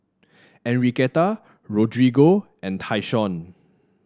Enriqueta Rodrigo and Tyshawn